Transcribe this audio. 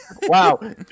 Wow